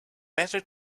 better